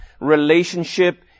relationship